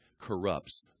corrupts